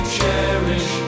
cherish